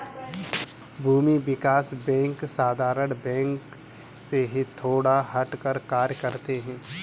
भूमि विकास बैंक साधारण बैंक से थोड़ा हटकर कार्य करते है